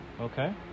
Okay